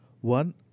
One